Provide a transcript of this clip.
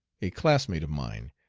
a classmate of mine,